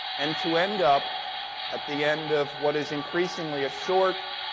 and to end up at the end of what is increasingly a short,